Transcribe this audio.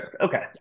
okay